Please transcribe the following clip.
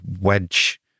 wedge